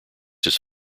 his